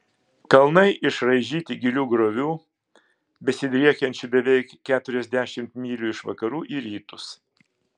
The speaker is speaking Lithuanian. kalnai išraižyti gilių griovų besidriekiančių beveik keturiasdešimt mylių iš vakarų į rytus